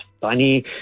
funny